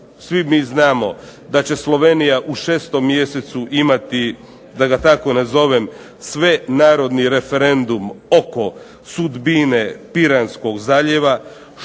svi mi znamo da će slovenija u 6. mjesecu imati da ga tako nazovem sve narodni referendum oko sudbine Piranskog zaljeva,